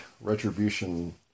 retribution